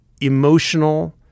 emotional